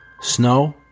Snow